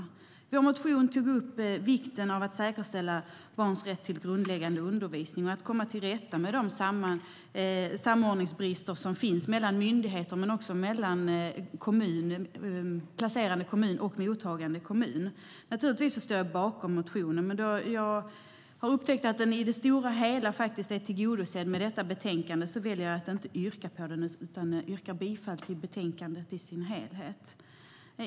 I vår motion tog vi upp vikten av att säkerställa barns rätt till grundläggande undervisning, att komma till rätta med de samordningsbrister som finns mellan myndigheter men också mellan placerande kommun och mottagande kommun. Naturligtvis står jag bakom motionen, men då den i det stora hela är tillgodosedd genom detta bestänkande väljer jag att inte yrka bifall till den, utan jag yrkar bifall till utskottets förslag i betänkandet.